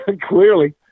clearly